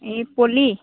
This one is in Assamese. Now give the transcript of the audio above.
এই পলি